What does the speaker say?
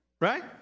right